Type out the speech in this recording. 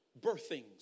birthings